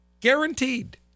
Guaranteed